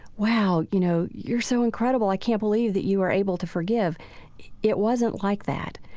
wow! you know, you're so incredible. i can't believe that you were able to forgive it wasn't like that.